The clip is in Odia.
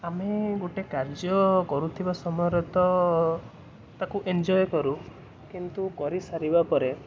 ଆମେ ଗୋଟେ କାର୍ଯ୍ୟ କରୁଥିବା ସମୟରେ ତ ତାକୁ ଏନ୍ଜୟ କରୁ କିନ୍ତୁ କରି ସାରିବା ପରେ